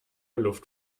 luft